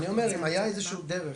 אני אומר אם היה איזשהו דרך,